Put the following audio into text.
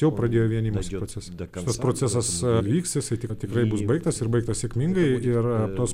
jau pradėjo vienymosi procesą šitas procesas vyks jisai tik tikrai bus baigtas ir baigtas sėkmingai ir tos